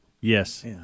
Yes